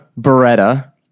Beretta